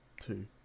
two